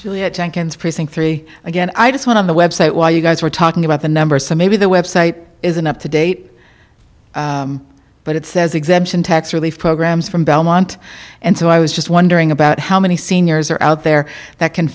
speak precinct three again i just went on the website while you guys were talking about the numbers so maybe the website isn't up to date but it says exemption tax relief programs from belmont and so i was just wondering about how many seniors are out there that can